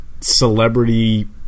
celebrity